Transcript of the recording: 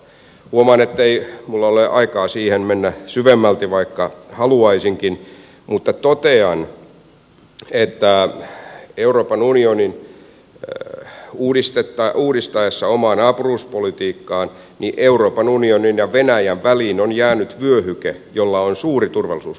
huomaan ettei minulla ole aikaa siihen mennä syvemmälti vaikka haluaisinkin mutta totean että euroopan unionin uudistaessa omaa naapuruspolitiikkaansa euroopan unionin ja venäjän väliin on jäänyt vyöhyke jolla on suuri turvallisuuspoliittinen merkitys